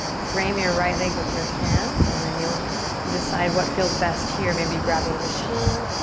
frame your right leg with your hands and then you'll decide what feels best here. maybe grabbing the shin.